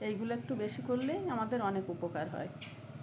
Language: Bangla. এইগুলো একটু বেশি করলেই আমাদের অনেক উপকার হয়